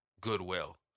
goodwill